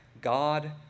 God